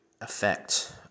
effect